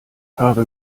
habe